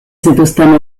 zituzten